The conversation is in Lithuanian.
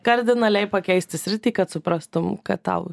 kardinaliai pakeisti sritį kad suprastum kad tau